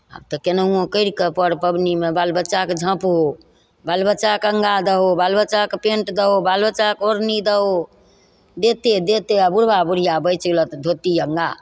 आब तऽ कोनाहुओ करिके पर पबनीमे बाल बच्चाके झँपहो बाल बच्चाके अङ्गा दहो बाल बच्चाके पैन्ट दहो बाल बच्चाके ओढ़नी दहो देते देते बुढ़बा बुढ़िआ बचि गेलऽ तऽ धोती अङ्गा